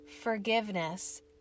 Forgiveness